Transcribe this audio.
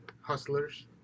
Hustlers